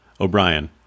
O'Brien